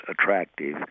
attractive